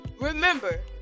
remember